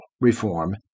reform